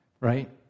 right